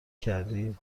کردی